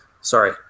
sorry